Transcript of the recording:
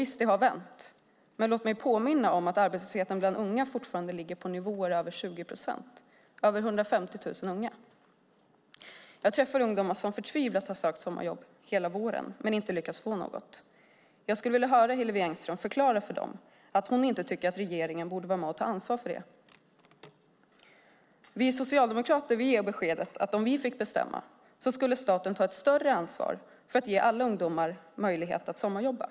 Visst har det vänt. Men låt mig påminna om att arbetslösheten bland unga fortfarande ligger på nivåer över 20 procent - över 150 000 unga. Jag träffar ungdomar som förtvivlat har sökt sommarjobb hela våren men som inte har lyckats få något. Jag skulle vilja höra Hillevi Engström förklara för dem att hon inte tycker att regeringen borde vara med och ta ansvar för det. Vi socialdemokrater ger beskedet att om vi fick bestämma skulle staten ta ett större ansvar för att ge alla ungdomar möjlighet att sommarjobba.